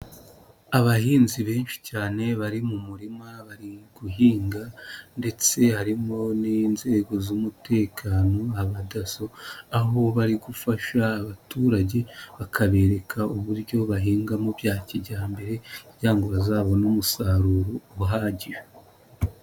Abahinzi benshi cyane bari mu murima bari guhinga ndetse harimo n'inzego z'umutekano, Abadaso aho bari gufasha abaturage bakabereka uburyo bahingamo bya kijyambere kugira ngo bazabone umusaruro uhagije.